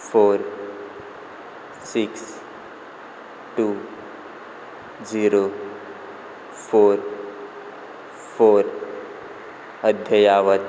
four six two zero four four अद्यावत